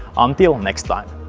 until next time!